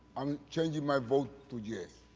i'm changing my vote to yes.